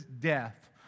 death